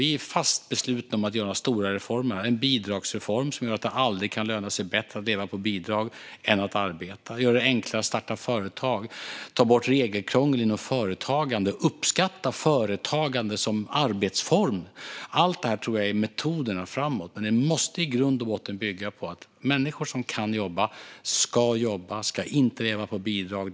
Vi är fast beslutna att göra de stora reformerna: en bidragsreform som gör att det aldrig kan löna sig bättre att leva på bidrag än att arbeta, göra det enklare att starta företag, ta bort regelkrångel inom företagande och uppskatta företagande som arbetsform. Allt detta tror jag är metoderna framåt, men det måste i grund och botten bygga på att människor som kan jobba ska jobba och inte leva på bidrag.